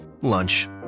lunch